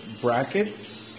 brackets